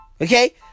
Okay